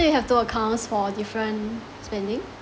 so you have two accounts for different spending